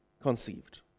conceived